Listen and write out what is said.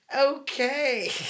Okay